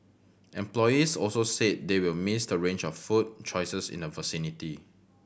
employees also said they will miss the range of food choices in the vicinity